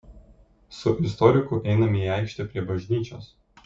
su istoriku einame į aikštę prie bažnyčios